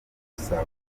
bigusaba